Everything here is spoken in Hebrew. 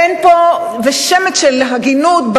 אין פה שמץ של הגינות,